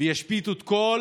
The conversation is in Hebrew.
וישביתו את כל